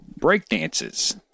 breakdances